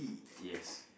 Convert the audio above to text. yes